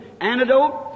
antidote